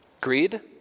Greed